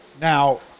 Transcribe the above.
Now